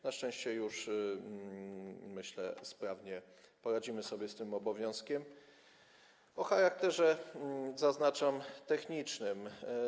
Na szczęście, myślę, już sprawnie poradzimy sobie z tym obowiązkiem o charakterze, zaznaczam, technicznym.